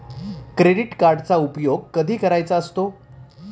Credit कार्डचा उपयोग कधी करायचा असतो?